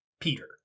peter